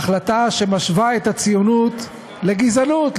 החלטה שמשווה את הציונות לגזענות,